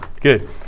good